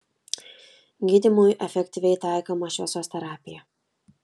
gydymui efektyviai taikoma šviesos terapija